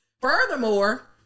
Furthermore